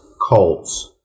Colts